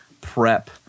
prep